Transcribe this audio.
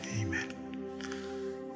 amen